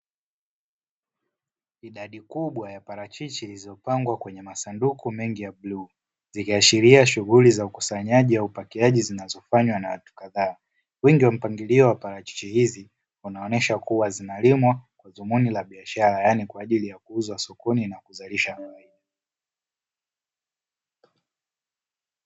Idadi kubwa ya parachichi zilizopangwa kwenye masanduku mengi ya bluu zikiashiria shughuli za ukusanyaji na upakiaji zinazofanywa na watu kadhaa, wingi wa mpangilio wa paachichi hizi unaoneshwa kuwa zinalimwa kwa dhumuni la biashara yani kwa ajili ya kuuzwa sokoni na kuzalisha bidhaa.